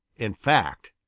in fact,